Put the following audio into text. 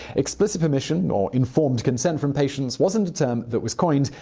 explicit permission, or informed consent, from patients wasn't a term that was coined,